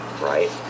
right